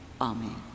Amen